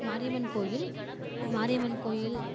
மாரியம்மன் கோயில் மாரியம்மன் கோயில்